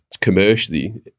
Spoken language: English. commercially